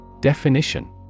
Definition